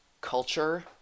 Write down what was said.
culture